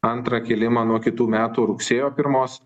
antrą kėlimą nuo kitų metų rugsėjo pirmos